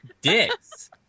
dicks